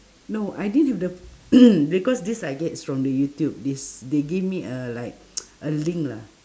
no I didn't have the because this I gets from the youtube this they give me a like a link lah